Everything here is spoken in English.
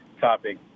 topic